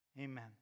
Amen